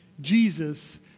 Jesus